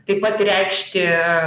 taip pat reikšti